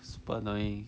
super annoying